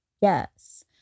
yes